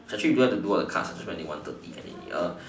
actually we don't have to do all the cards just do until one thirty can already